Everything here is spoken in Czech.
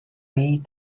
její